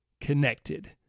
connected